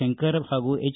ಶಂಕರ್ ಹಾಗೂ ಎಚ್